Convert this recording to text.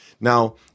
Now